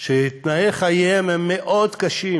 שתנאי חייהם מאוד קשים.